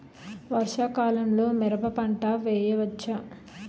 వర్షాకాలంలో మిరప పంట వేయవచ్చా?